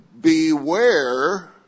Beware